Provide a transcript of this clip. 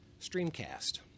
Streamcast